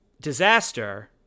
disaster